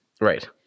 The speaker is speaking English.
Right